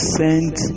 sent